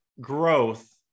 growth